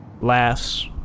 laughs